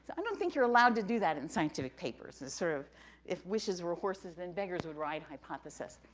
i don't think you're allowed to do that in scientific papers. sort of if wishes were horses then beggars would ride hypothesis.